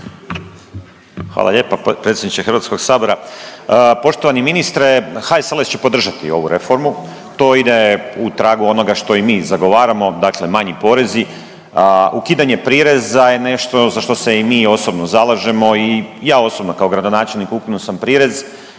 Hvala lijepa predsjedniče Hrvatskog sabora. Poštovani ministre HSLS će podržati ovu reformu, to ide u tragu onoga što i mi zagovaramo. Dakle, manji porezi. Ukidanje prireza je nešto za što se i mi osobno zalažemo i ja osobno kao gradonačelnik ukinuo sam prirez.